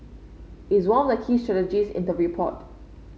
it's one of the key strategies in the report